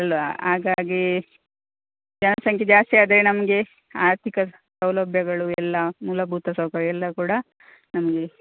ಅಲ್ಲವಾ ಹಾಗಾಗಿ ಜನಸಂಖ್ಯೆ ಜಾಸ್ತಿಯಾದರೆ ನಮಗೆ ಆರ್ಥಿಕ ಸೌಲಭ್ಯಗಳು ಎಲ್ಲ ಮೂಲಭೂತ ಸೌಕರ್ಯ ಎಲ್ಲ ಕೂಡ ನಮಗೆ